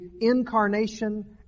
incarnation